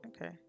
Okay